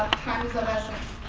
time is of essence.